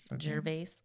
Gervais